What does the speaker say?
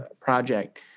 project